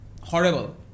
horrible